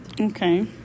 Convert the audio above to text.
Okay